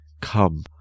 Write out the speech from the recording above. come